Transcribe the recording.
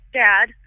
dad